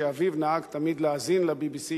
שאביו נהג תמיד להאזין ל-BBC,